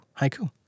Haiku